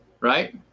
right